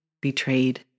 betrayed